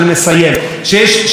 הביטחונית משחקת הגנה,